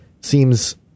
seems